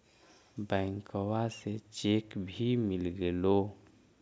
बैंकवा से चेक भी मिलगेलो?